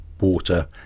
water